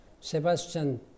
Sebastian